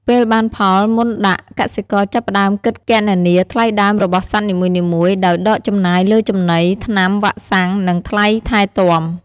ពេលបានផល មុនដាក់លក់ កសិករចាប់ផ្តើមគិតគណនាថ្លៃដើមរបស់សត្វនីមួយៗ ដោយដកចំណាយលើចំណី ថ្នាំ វ៉ាក់សាំង និងថ្លៃថែទាំ។